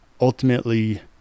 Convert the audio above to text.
ultimately